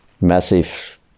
massive